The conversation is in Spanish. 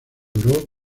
duró